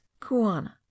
kuana